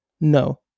No